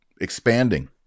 expanding